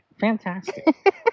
Fantastic